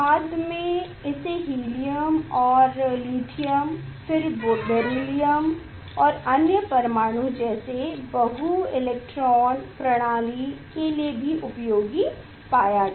बाद में इसे हीलियम और लिथियम फिर बेरिलियम और अन्य परमाणुओं जैसी बहु इलेक्ट्रॉन प्रणाली के लिए भी उपयोगी पाया गया